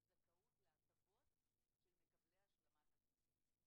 זכאות להטבות של מקבלי השלמת הכנסה.